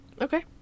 Okay